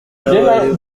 n’abari